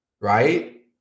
right